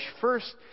first